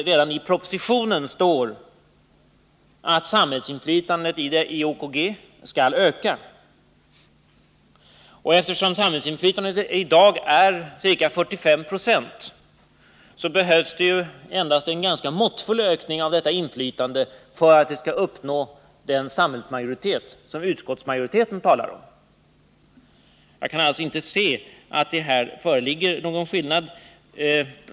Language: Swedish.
Redan i propositionen står det att samhällsinflytandet i OKG skall öka. Eftersom samhällsinflytandet i dag är ca 45 20, behövs det ju endast en ganska måttfull ökning av detta inflytande för att man skall uppnå den samhällsmajoritet som utskottsmajoriteten talar om. Jag kan alltså inte se att det här föreligger någon skillnad.